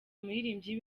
umuririmbyi